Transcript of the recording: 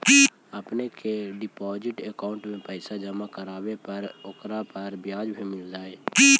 अपने के deposit account में पैसे जमा करवावे पर ओकरा पर ब्याज भी मिलतई